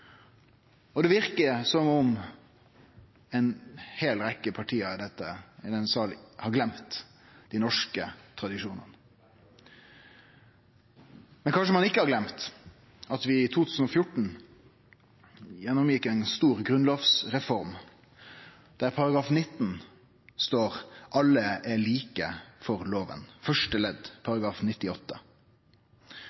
naud. Det verkar som om ei heil rekkje parti i denne salen har gløymt dei norske tradisjonane. Men kanskje ein ikkje har gløymt at vi i 2014 gjennomgjekk ei stor grunnlovsreform: I § 98 første ledd i Grunnlova står det: «Alle er like for